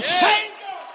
savior